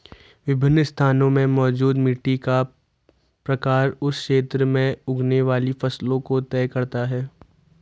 विभिन्न स्थानों में मौजूद मिट्टी का प्रकार उस क्षेत्र में उगने वाली फसलों को तय करता है